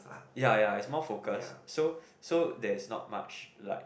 ya ya it's more focus so so there's not much like